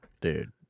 Dude